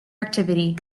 activity